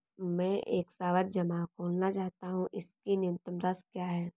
मैं एक सावधि जमा खोलना चाहता हूं इसकी न्यूनतम राशि क्या है?